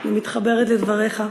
אני מתחברת לדבריך,